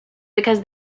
because